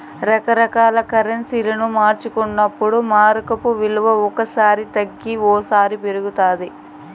రకరకాల కరెన్సీలు మార్చుకున్నప్పుడు మారకపు విలువ ఓ సారి తగ్గి ఓసారి పెరుగుతాది